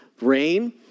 rain